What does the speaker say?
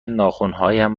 ناخنهایم